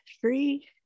three